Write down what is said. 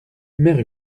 mère